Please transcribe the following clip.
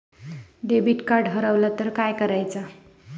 Debit card हरवल तर काय करायच?